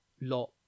lot